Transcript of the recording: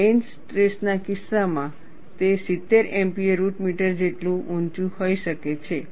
plane stress ના કિસ્સામાં તે 70 MPa રુટ મીટર જેટલું ઊંચું હોઈ શકે છે